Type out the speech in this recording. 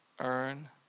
earn